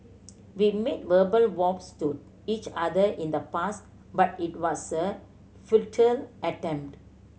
we made verbal vows to each other in the past but it was a futile attempt